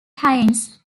haynes